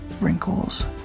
Wrinkles